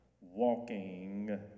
walking